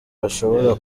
bashobora